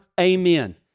Amen